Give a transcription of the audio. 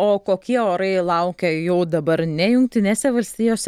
o kokie orai laukia jau dabar ne jungtinėse valstijose